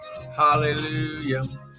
hallelujah